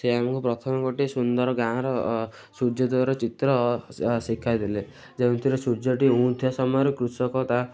ସେ ଆମକୁ ପ୍ରଥମେ ଗୋଟେ ସୁନ୍ଦର ଗାଁର ସୂର୍ଯ୍ୟୋଦୟର ଚିତ୍ର ଶିଖାଇଦେଲେ ଯେଉଁଥିରେ ସୂର୍ଯ୍ୟଟି ଥିବା ସମୟରେ କୃଷକ ତା'